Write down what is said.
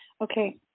Okay